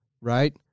right